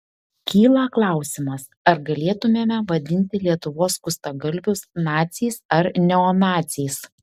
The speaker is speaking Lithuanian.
kyla klausimas ar galėtumėme vadinti lietuvos skustagalvius naciais ar neonaciais